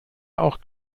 auch